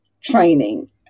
training